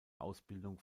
ausbildung